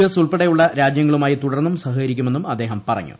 S ഉൾപ്പെടെയുള്ള രാജ്യങ്ങളുമായി തുടർന്നും സഹകരിക്കുമെന്നും അദ്ദേഹം പറഞ്ഞു